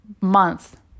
month